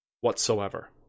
whatsoever